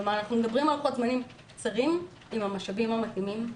כלומר אנחנו מדברים על לוחות זמנים קצרים עם המשאבים המתאימים.